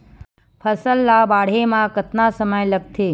फसल ला बाढ़े मा कतना समय लगथे?